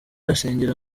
asengera